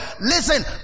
Listen